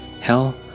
Hell